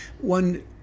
One